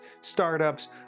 startups